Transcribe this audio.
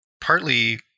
partly